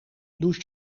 douche